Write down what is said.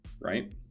right